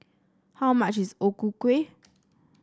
how much is O Ku Kueh